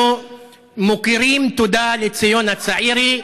ציונה צעירי.